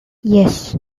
yes